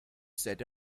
set